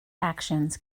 actions